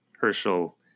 Herschel